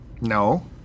No